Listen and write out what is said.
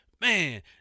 man